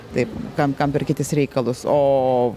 taip kam kam tvarkytis reikalus o